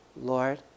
Lord